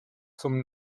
zum